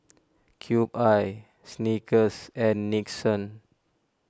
Cube I Snickers and Nixon